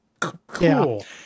Cool